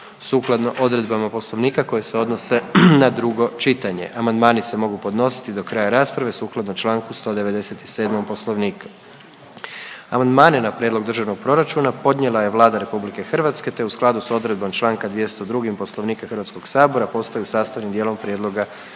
sukladno odredbama Poslovnika koje se odnose na drugo čitanje. Amandmani se mogu podnositi do kraja rasprave sukladno Članku 197. Poslovnika. Amandmane na prijedlog Državnog proračuna podnijela je Vlada RH te u skladu s odredbom Članka 202. Poslovnika Hrvatskog sabora postaju sastavnim dijelom prijedloga